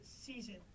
season